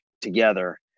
together